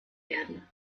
werden